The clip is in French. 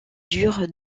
dure